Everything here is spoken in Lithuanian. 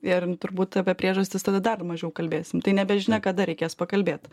ir turbūt apie priežastis tada dar mažiau kalbėsim tai nežinia kada reikės pakalbėt